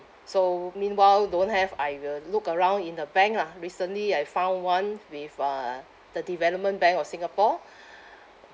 so meanwhile don't have I will look around in the bank lah recently I found one with uh the development bank of singapore